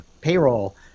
payroll